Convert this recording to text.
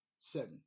seven